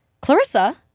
Clarissa